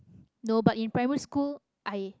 no but in primary school i